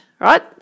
right